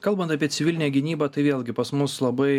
kalbant apie civilinę gynybą tai vėlgi pas mus labai